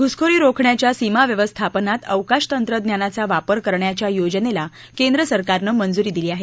घ्रसखोरी रोखण्याच्या सीमा व्यवस्थापानात अवकाश तंत्रज्ञानाचा वापर करण्याच्या योजनेला केंद्र सरकारनं मंजूरी दिली आहे